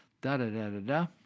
da-da-da-da-da